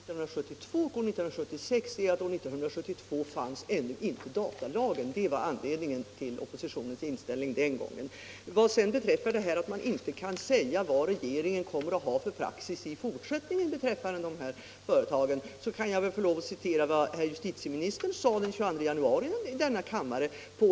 Herr talman! Skillnaden mellan 1972 och 1976 är att år 1972 fanns ännu inte datalagen. Det var anledningen till oppositionens inställning den gången. Vad beträffar att man inte kan säga vad regeringen kommer att ha för praxis i fortsättningen kan jag väl få lov att citera vad justitieministern sade här i kammaren den 22 januari i en frågedebatt.